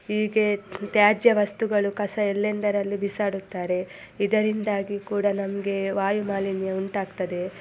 ಹೀಗೆ ತ್ಯಾಜ್ಯ ವಸ್ತುಗಳು ಕಸ ಎಲ್ಲೆಂದರಲ್ಲಿ ಬಿಸಾಡುತ್ತಾರೆ ಇದರಿಂದಾಗಿ ಕೂಡ ನಮಗೆ ವಾಯುಮಾಲಿನ್ಯ ಉಂಟಾಗ್ತದೆ